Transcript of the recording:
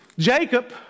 Jacob